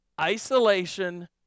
Isolation